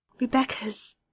Rebecca's